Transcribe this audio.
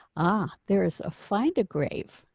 ah, there is a. find a grave,